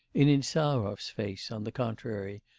in insarov's face, on the contrary,